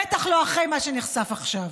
בטח לא אחרי מה שנחשף עכשיו.